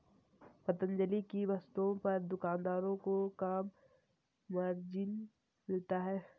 पतंजलि की वस्तुओं पर दुकानदारों को कम मार्जिन मिलता है